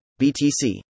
BTC